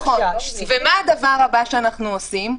מה הדבר הבא שאנחנו עושים?